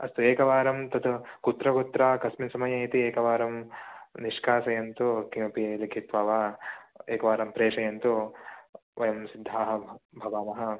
अस्तु एकवारं तत् कुत्र कुत्र कस्मिन् समये इति एकवारं निष्कासयन्तु किमपि लिखित्वा वा एकवारं प्रेषयन्तु वयं सिद्धाः भ् भवामः